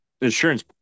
Insurance